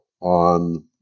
on